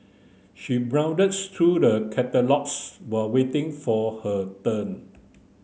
she browsed through the catalogues while waiting for her turn